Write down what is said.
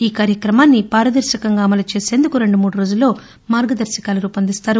ఈ కార్యక్రమాన్ని పారదర్శకంగా అమలు చేసేందుకు రెండు మూడు రోజుల్లో మార్గదర్శకాలు రూపొందిస్తామన్నారు